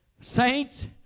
Saints